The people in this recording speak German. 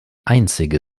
einzige